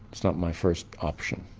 it's not my first option.